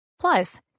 Plus